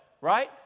Right